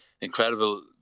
incredible